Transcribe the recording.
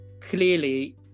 clearly